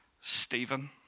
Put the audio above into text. Stephen